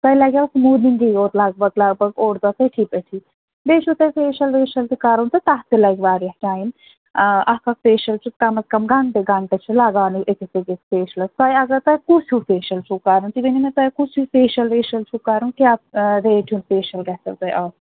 تۄہہِ لَگوٕ سُموٗدِنٛگٕے یوت لَگ بَگ لَگ بَگ اوٚڑ دۄہ پیٚٹھۍ پیٚٹھۍ بیٚیہِ چھُو تۄہہِ فیشَل ویشَل تہِ کَرُن تہٕ تَتھ تہِ لَگہِ واریاہ ٹایِم اَکھ اَکھ فیشَل چھِ کَمَس کَم گنٛٹہٕ گنٛٹہٕ چھُ لَگانٕے أکِس أکِس فیشلَس تۄہہِ اَگر تۄہہِ کُس ہِیٛوٗ فیشَل چھُو کَرُن تُہۍ ؤنِو مےٚ تۄہہِ کُس ہِیٛوٗ فیشَل ویشَل چھُو کَرُن کیٛاہ ریٹ ہُنٛد فیشَل گژھٮ۪و تۄہہِ آسُن